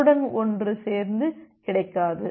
ஒன்றுடன் ஒன்று சேர்ந்து கிடைக்காது